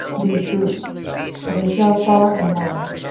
these brutes they shell far and wide.